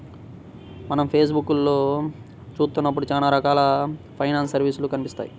మనం ఫేస్ బుక్కులో చూత్తన్నప్పుడు చానా రకాల ఫైనాన్స్ సర్వీసులు కనిపిత్తాయి